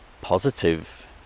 positive